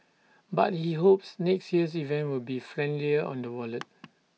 but he hopes next year's event will be friendlier on the wallet